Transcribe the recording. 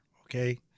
okay